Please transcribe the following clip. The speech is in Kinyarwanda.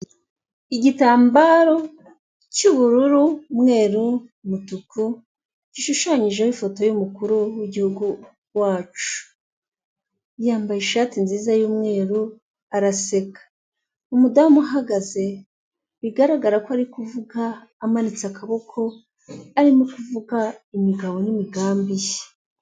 Mu masaha ya nijoro mbere yanjye ndahabona etaje y'ubucuruzi, aho hasi hari icyapa cyanditse ngo Simba Gishushu, ndabona na none icyapa kigaragaza y'uko nta parikingi ihari, hakaba hari n'intebe za parasitiki z'umuhondo ndetse n'izitukura n'utu meza twazo.